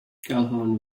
calhoun